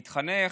התחנך,